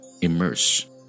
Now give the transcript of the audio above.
immerse